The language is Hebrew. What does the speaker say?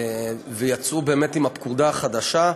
יצאו באמת עם הפקודה החדשה,